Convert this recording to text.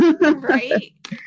right